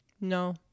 no